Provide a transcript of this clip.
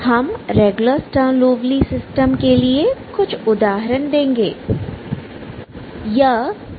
हम regular Sturm Liouville system के लिए कुछ उदाहरण देंगे